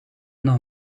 nog